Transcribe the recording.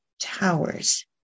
Towers